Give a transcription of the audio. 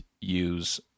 use